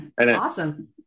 awesome